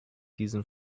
diesen